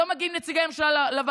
לא מגיעים נציגי ממשלה לוועדות.